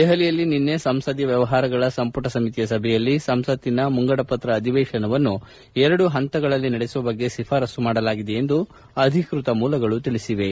ದೆಹಲಿಯಲ್ಲಿ ನಿನ್ನೆ ಸಂಸದೀಯ ವ್ಯವಹಾರಗಳ ಸಂಪುಟ ಸಮಿತಿಯ ಸಭೆಯಲ್ಲಿ ಸಂಸತ್ತಿನ ಮುಂಗಡಪತ್ರ ಅಧಿವೇತನವನ್ನು ಎರಡು ಹಂತಗಳಲ್ಲಿ ನಡೆಸುವ ಬಗ್ಗೆ ಶಿಫಾರಸ್ಲು ಮಾಡಲಾಗಿದೆ ಎಂದು ಅಧಿಕೃತ ಮೂಲಗಳು ತಿಳಿಸಿವೆ